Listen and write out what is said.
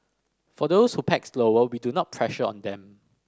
for those who pack slower we do not pressure on them